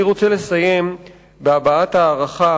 אני רוצה לסיים בהבעת הערכה